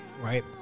right